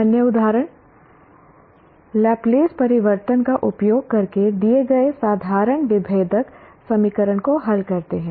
अन्य उदाहरण लाप्लास परिवर्तन का उपयोग करके दिए गए साधारण विभेदक समीकरण को हल करते हैं